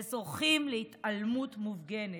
וזוכים להתעלמות מופגנת.